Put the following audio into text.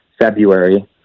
February